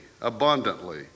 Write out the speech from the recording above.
abundantly